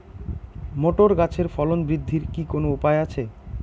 Motor গাছের ফলন বৃদ্ধির কি কোনো উপায় আছে?